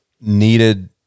needed